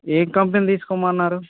ఏం కంపెనీ తీసుకోమని అన్నారు